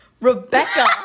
Rebecca